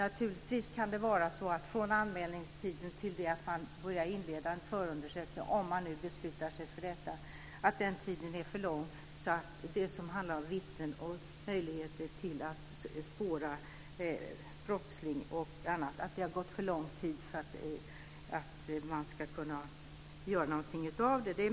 Naturligtvis kan tiden från anmälan till det att man inleder en förundersökning, om man nu beslutar sig för detta, vara alltför lång med hänsyn till vittnen, möjligheter att spåra upp brottslingen osv.